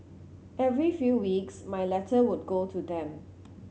every few weeks my letter would go to them